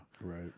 Right